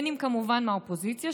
אם מהאופוזיציה,